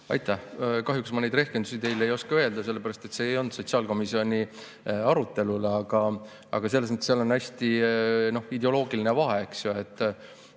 Aitäh! Kahjuks ma neid rehkendusi teile ei oska öelda, sellepärast et see ei olnud sotsiaalkomisjoni arutelul, aga seal on ideoloogiline vahe. On inimesi,